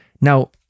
Now